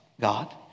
God